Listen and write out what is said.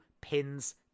pins